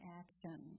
action